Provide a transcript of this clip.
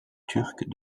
turc